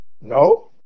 No